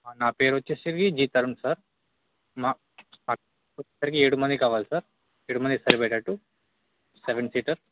నా పేరు వచ్చేసి జి వి పరమ్ సార్ మా మా ఏడు మందికి కావాలి సార్ ఏడు మందికి సరిపోయేటట్టు సెవెన్ సీటర్